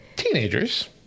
teenagers